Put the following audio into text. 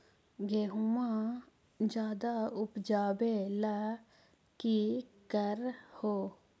गेहुमा ज्यादा उपजाबे ला की कर हो?